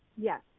Yes